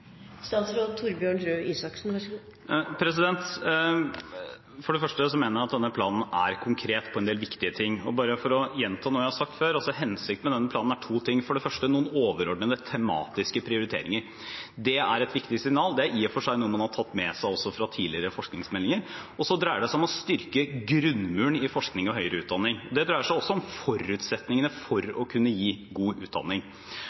For det første mener jeg at denne planen er konkret på en del viktige ting. For å gjenta noe jeg har sagt før: Hensikten med denne planen er to ting. For det første er det noen overordnede tematiske prioriteringer. Det er et viktig signal. Det er i og for seg også noe man har tatt med seg fra tidligere forskningsmeldinger. For det andre dreier det seg om å styrke grunnmuren i forskning og høyere utdanning. Det dreier seg også om forutsetningene for å kunne gi god utdanning.